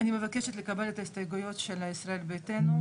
מבקשת לקבל את ההסתייגויות של ישראל ביתנו.